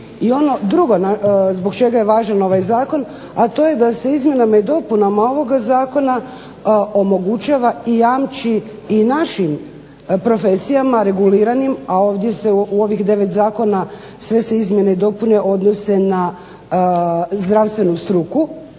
I ono drugo zbog čega je važan ovaj zakon, a to je da se izmjenama i dopunama ovoga zakona omogućava i jamči i našim profesijama reguliranim, a ovdje se u ovih devet zakona sve se izmjene i dopune odnose na zdravstvenu struku,